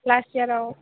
last याराव